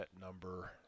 number